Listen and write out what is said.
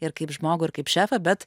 ir kaip žmogų ir kaip šefą bet